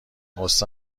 قصه